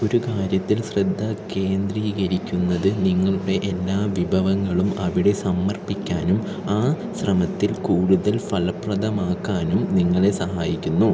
ഒരു കാര്യത്തിൽ ശ്രദ്ധ കേന്ദ്രീകരിക്കുന്നത് നിങ്ങളുടെ എല്ലാ വിഭവങ്ങളും അവിടെ സമർപ്പിക്കാനും ആ ശ്രമത്തിൽ കൂടുതൽ ഫലപ്രദമാകാനും നിങ്ങളെ സഹായിക്കുന്നു